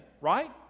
Right